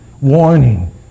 warning